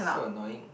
so annoying